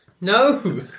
No